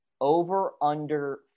over-under